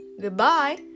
goodbye